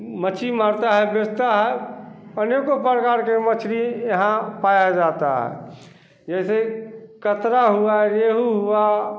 मछली मारते हैं बेचते हैं अनेकों प्रकार की मछली यहाँ पाई जाती है जैसे काटला हुई रोहू हुई